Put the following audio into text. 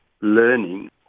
learning